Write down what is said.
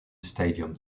stadium